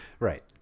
Right